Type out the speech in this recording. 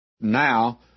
Now